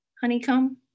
honeycomb